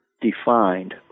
defined